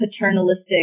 paternalistic